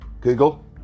Google